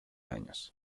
años